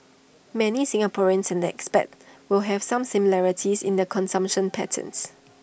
many Singaporeans and expats will have some similarities in their consumption patterns